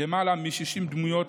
למעלה מ-60 דמויות